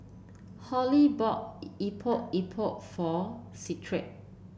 Hallie bought Epok Epok for Cephus